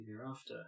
thereafter